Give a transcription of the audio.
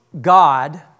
God